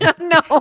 No